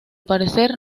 parecer